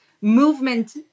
movement